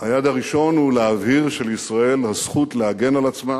היעד הראשון הוא להבהיר שלישראל הזכות להגן על עצמה,